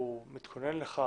הוא מתכונן לכך,